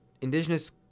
indigenous